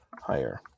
higher